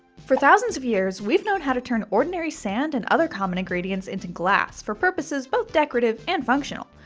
for thousands of years, we've known how to turn ordinary sand and other common ingredients into glass for purposes both decorative and functional.